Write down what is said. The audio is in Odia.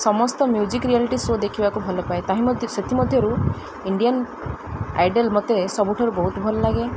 ସମସ୍ତ ମ୍ୟୁଜିକ୍ ରିଆଲିଟି ଶୋ ଦେଖିବାକୁ ଭଲ ପାଏ ତାହି ମଧ୍ୟ ସେଥିମଧ୍ୟରୁ ଇଣ୍ଡିଆନ୍ ଆଇଡ଼ଲ୍ ମୋତେ ସବୁଠାରୁ ବହୁତ ଭଲ ଲାଗେ